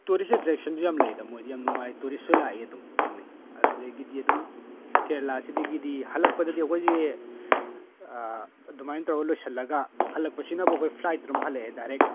tourist ꯑꯦꯇ꯭ꯔꯦꯛꯁꯟꯁꯨ ꯌꯥꯝ ꯂꯩꯗ ꯃꯣꯏꯗꯤ ꯌꯥꯝ ꯅꯨꯡꯉꯥꯏ ꯇꯨꯔꯤꯁꯁꯨ ꯂꯥꯛꯏ ꯑꯗꯨꯝ ꯊꯩꯡꯅꯩ ꯑꯗꯨꯗꯒꯤꯗꯤ ꯑꯗꯨꯝ ꯀꯦꯔꯦꯂꯥꯁꯤꯗꯒꯤꯗꯤ ꯍꯜꯂꯛꯄꯗꯗꯤ ꯑꯩꯈꯣꯏꯁꯦ ꯑꯗꯨꯃꯥꯏꯅ ꯇꯧꯔꯒ ꯂꯣꯏꯁꯤꯜꯂꯒ ꯍꯜꯂꯛꯄꯁꯤꯅ ꯑꯩꯈꯣꯏ ꯐ꯭ꯂꯥꯏꯠꯇ ꯑꯗꯨꯝ ꯍꯜꯂꯛꯑꯦ ꯗꯥꯏꯔꯦꯛ